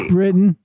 Britain